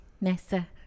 Nessa